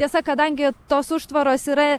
tiesa kadangi tos užtvaros yra